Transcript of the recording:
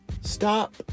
stop